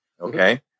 okay